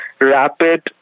rapid